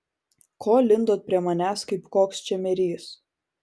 ko lindot prie manęs kaip koks čemerys